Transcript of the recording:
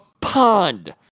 pond